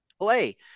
play